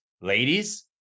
Ladies